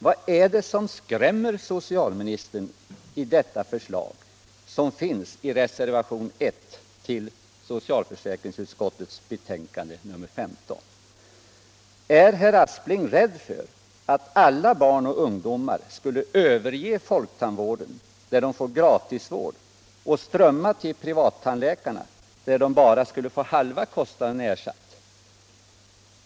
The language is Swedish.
Vad är det som skrämmer socialministern i detta förslag som finns i reservationen 1 vid socialförsäkringsutskottets betänkande nr 15? Är herr Aspling rädd för att alla barn och ungdomar skulle överge folktandvården, där de får gratisvård, och strömma till privattandläkarna, där de bara skulle få halva kostnaden ersatt?